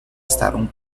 estarão